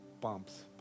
bumps